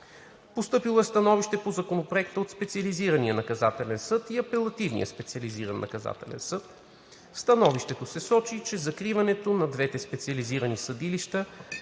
Постъпило е становище по Законопроекта от Специализирания наказателен съд и от Апелативния специализиран наказателен съд. В становището се сочи, че закриването на двете специализирани съдилища